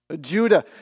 Judah